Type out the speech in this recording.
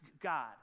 God